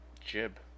jib